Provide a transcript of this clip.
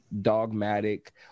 dogmatic